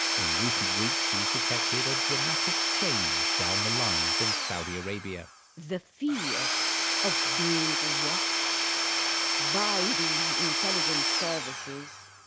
in recent weeks she's detected a dramatic change down the line from saudi arabia the fear of being watched by the intelligence services.